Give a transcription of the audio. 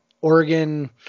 Oregon